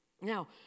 Now